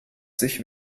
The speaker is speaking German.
sich